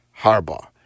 Harbaugh